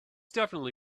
definitely